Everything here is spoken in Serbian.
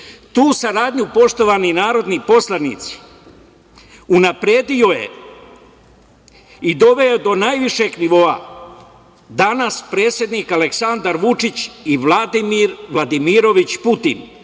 saradnju, poštovani narodni poslanici, unapredio je i doveo do najvišeg nivoa danas predsednik Aleksandar Vučić i Vladimir Vladimirovič Putin